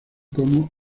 como